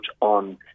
on